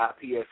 IPS